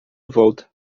volta